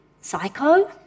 psycho